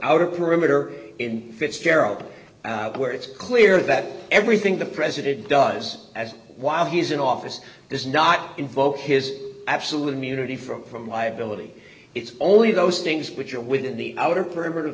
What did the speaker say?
outer perimeter in fitzgerald where it's clear that everything the president does as while he's in office is not invoke his absolute immunity from from liability it's only those things which are within the outer perimeter